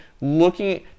looking